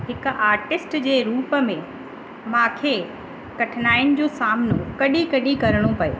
हिकु आर्टिस्ट जे रूप में मांखे कठिनाइयुनि जो सामनो कॾहिं कॾहिं करिणो पियो